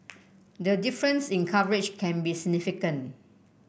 the difference in coverage can be significant